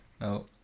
no